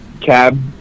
cab